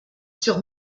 sur